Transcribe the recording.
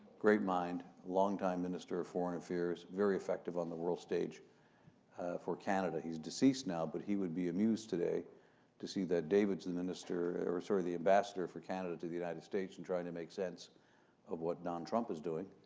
great mind, longtime minister of foreign affairs, very effective on the world stage for canada. he's deceased now, but he would be amused today to see that david's the minister sort of the amabassador for canada to the united states and trying to make sense of what don trump is doing,